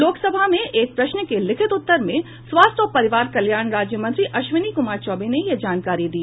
लोकसभा में एक प्रश्न के लिखित उत्तर में स्वास्थ्य और परिवार कल्याण राज्य मंत्री अश्विनी कुमार चौबे ने यह जानकारी दी